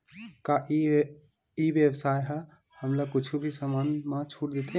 का ई व्यवसाय ह हमला कुछु भी समान मा छुट देथे?